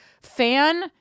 fan